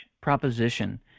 proposition